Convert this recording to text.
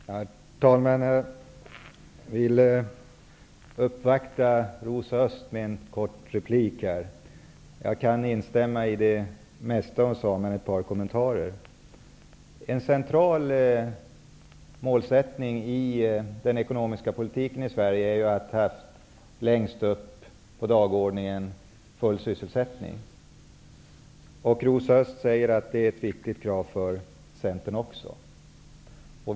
Herr talman! Jag instämmer i det mesta som Rosa Östh sade och vill uppvakta Rosa Östh med ett par kommentarer i en kort replik. En central målsättning i den ekonomiska politiken i Sverige har varit att längst upp på dagordningen ha punkten full sysselsättning. Rosa Östh säger att det även för Centern är ett viktigt krav.